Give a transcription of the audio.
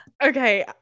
Okay